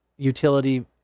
utility